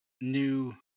new